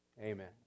Amen